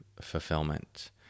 fulfillment